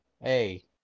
hey